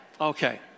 Okay